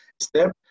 Step